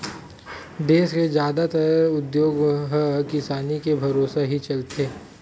देस के जादातर उद्योग ह किसानी के भरोसा ही चलत हे